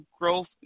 Growth